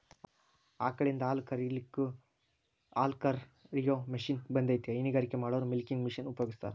ಆಕಳಿಂದ ಹಾಲ್ ಕರಿಲಿಕ್ಕೂ ಹಾಲ್ಕ ರಿಯೋ ಮಷೇನ್ ಬಂದೇತಿ ಹೈನಗಾರಿಕೆ ಮಾಡೋರು ಮಿಲ್ಕಿಂಗ್ ಮಷೇನ್ ಉಪಯೋಗಸ್ತಾರ